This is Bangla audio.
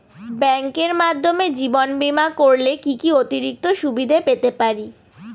ব্যাংকের মাধ্যমে জীবন বীমা করলে কি কি অতিরিক্ত সুবিধে পেতে পারি?